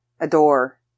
adore